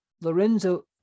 Lorenzo